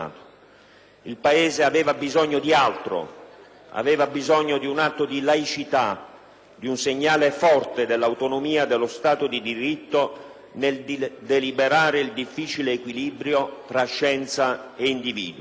Il Paese aveva bisogno di altro: aveva bisogno di un atto di laicità, di un segnale forte dell'autonomia dello Stato di diritto nel deliberare il difficile equilibrio tra scienza e individuo.